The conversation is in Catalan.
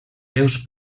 seus